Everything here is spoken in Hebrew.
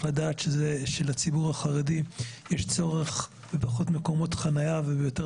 שלציבור החרדי יש צורך בפחות מקומות חנייה וביותר